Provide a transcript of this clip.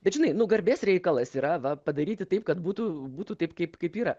bet žinai nu garbės reikalas yra va padaryti taip kad būtų būtų taip kaip kaip yra